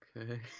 Okay